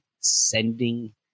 sending